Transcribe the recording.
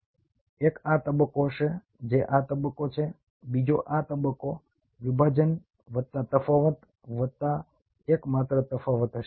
એક આ તબક્કો હશે જે આ તબક્કો છે બીજો આ તબક્કો વિભાજન વત્તા તફાવત વત્તા અને માત્ર તફાવત હશે